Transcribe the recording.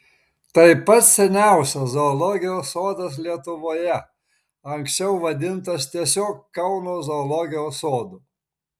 tai pats seniausias zoologijos sodas lietuvoje anksčiau vadintas tiesiog kauno zoologijos sodu